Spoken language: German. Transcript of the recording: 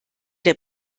der